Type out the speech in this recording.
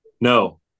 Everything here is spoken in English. no